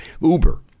Uber